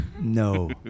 No